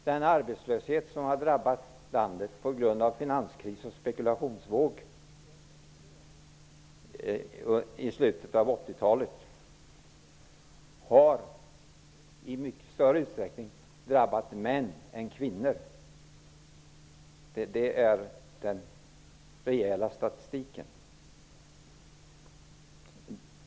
Den arbetslöshet som har drabbat landet på grund av den finanskris och spekulationsvåg som rådde under slutet av 80-talet har i mycket större utsträckning drabbat män än kvinnor. Det visar den reella statistiken.